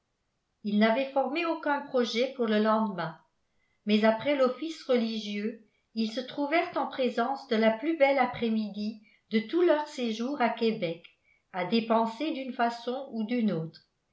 ils n'avaient formé aucun projet pour le lendemain mais après l'office religieux ils se trouvèrent en présence de la plus belle après-midi de tout leur séjour à québec à dépenser d'une façon ou d'une autre